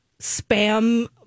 spam